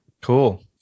Cool